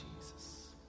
Jesus